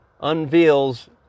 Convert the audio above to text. unveils